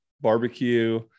barbecue